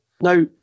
Now